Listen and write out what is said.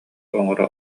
оҥоро